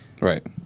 Right